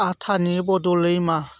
आटानि बदलै मा